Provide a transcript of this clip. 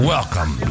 Welcome